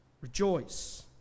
Rejoice